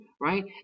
right